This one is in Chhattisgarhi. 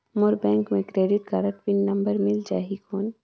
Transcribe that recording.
मोर बैंक मे क्रेडिट कारड पिन नंबर मिल जाहि कौन?